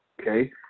Okay